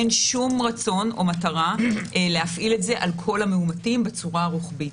אין שום רצון או מטרה להפעיל את זה על כל המאומתים בצורה רוחבית.